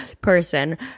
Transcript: person